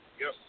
Yes